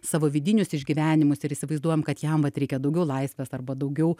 savo vidinius išgyvenimus ir įsivaizduojam kad jam vat reikia daugiau laisvės arba daugiau